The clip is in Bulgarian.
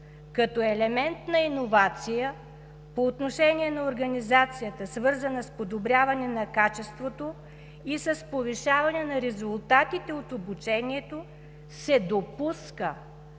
като елемент на иновация по отношение на организацията, свързана с подобряване на качеството и с повишаване на резултатите от обучението, се допуска